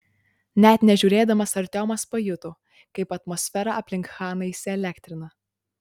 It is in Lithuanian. net nežiūrėdamas artiomas pajuto kaip atmosfera aplink chaną įsielektrina